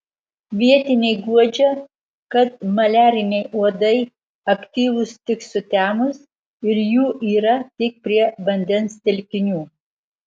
vietiniai guodžia kad maliariniai uodai aktyvūs tik sutemus ir jų yra tik prie vandens telkinių